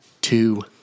Two